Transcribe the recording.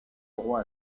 roi